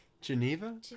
Geneva